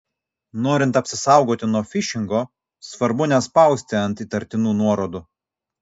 norint apsisaugoti nuo fišingo svarbu nespausti ant įtartinų nuorodų